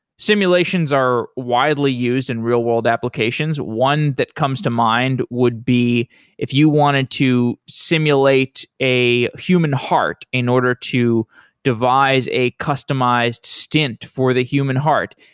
simulations are widely used in real-world applications. one that comes to mind would be if you wanted to simulate a human heart in order to device to a customized stint for the human heart,